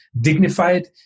dignified